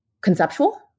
conceptual